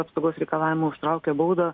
apsaugos reikalavimų užtraukia baudą